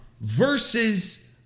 versus